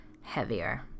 heavier